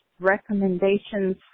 recommendations